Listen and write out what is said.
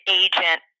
agent